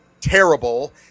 terrible